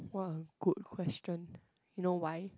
what a good question you know why